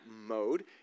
mode